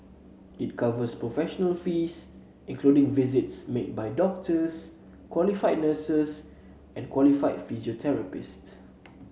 it covers professional fees including visits made by doctors qualified nurses and qualified physiotherapists